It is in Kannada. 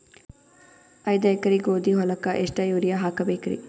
ಐದ ಎಕರಿ ಗೋಧಿ ಹೊಲಕ್ಕ ಎಷ್ಟ ಯೂರಿಯಹಾಕಬೆಕ್ರಿ?